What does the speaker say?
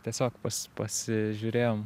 tiesiog pas pasižiūrėjom